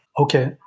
Okay